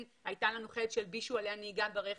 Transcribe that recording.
הייתה לנו חיילת שהלבישו עליה נהיגה ברכב,